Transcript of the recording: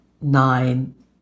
nine